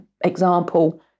example